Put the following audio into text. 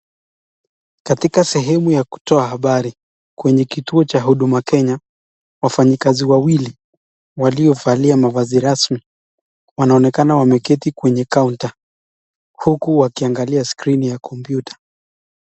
Katika sehemu ya kutoa habari kwenye kituo cha Huduma Kenya wafanyikazi wawili waliovalia mavazi rasmi wanaonekana wameketi kwenye kaunta uku wakiangalia skrini ya kompyuta.